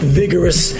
vigorous